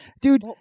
dude